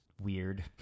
weird